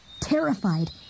terrified